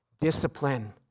Discipline